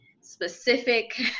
specific